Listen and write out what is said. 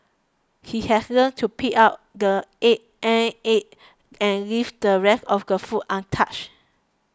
he has learnt to pick out the egg ant eggs and leave the rest of the food untouched